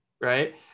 right